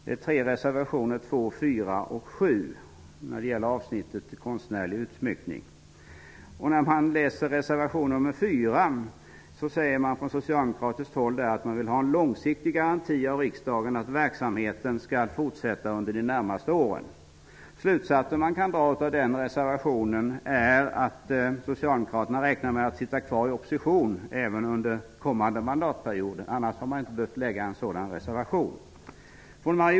Det är reservationerna 2, 4 och 7 Man säger att man vill ha en långsiktig garanti från riksdagen att verksamheten skall fortsätta under de närmaste åren. Den slutsats man kan dra av den reservationen är att socialdemokraterna räknar med att vara kvar i opposition även under kommande mandatperiod. Annars hade man inte behövt framställa ett sådant yrkande.